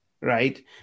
right